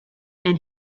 and